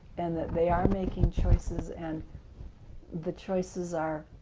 and that they are making choices and the choices are